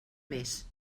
més